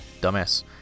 dumbass